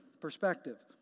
perspective